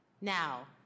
Now